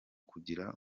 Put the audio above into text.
kugira